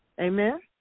Amen